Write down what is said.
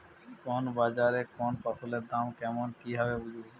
কোন বাজারে কোন ফসলের দাম কেমন কি ভাবে বুঝব?